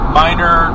minor